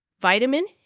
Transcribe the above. vitamin